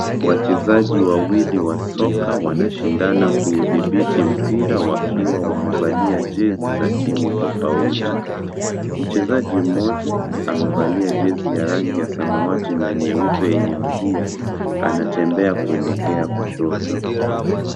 Wachezaji wawili wa soka wanashindana kuhudhibiti mpira wakiwa wamevalia jesi za timu tofauti, mchezaji mmoja amevalia jesi ya rangi ya samawati na nyeupe yenye milia anatembea kuelekea kushoto.